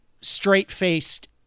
straight-faced